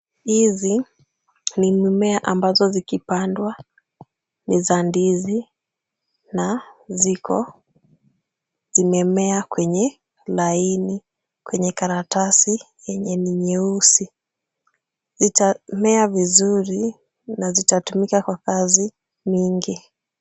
Hizi ni mimea ambapo zikipandwa ni za ndizi na ziko zimemea kwenye laini kwenye karatasi yenye ni nyeusi. Zitamea vizuri na zitatumika kwa kazi mingi.